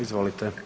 Izvolite.